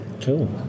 cool